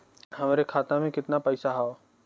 हमरे खाता में कितना पईसा हौ?